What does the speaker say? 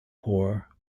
poor